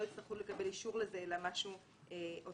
יצטרכו לקבל אישור לזה אלא משהו אוטומטי.